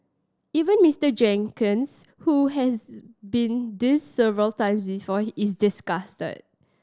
even Mister Jenkins who has been this several times before is disgusted